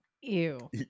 ew